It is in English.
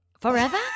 Forever